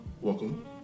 Welcome